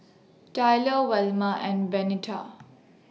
Tyler Velma and Benita